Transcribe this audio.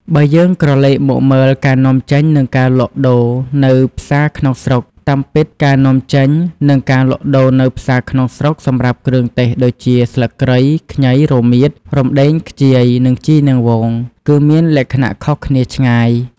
បើយើងក្រលេកមកមើលការនាំចេញនិងការលក់ដូរនៅផ្សារក្នុងស្រុក តាមពិត ការនាំចេញ និងការលក់ដូរនៅផ្សារក្នុងស្រុកសម្រាប់គ្រឿងទេសដូចជាស្លឹកគ្រៃ ខ្ញី រមៀត រំដេង ខ្ជាយ និងជីរនាងវង គឺមានលក្ខណៈខុសគ្នាឆ្ងាយ។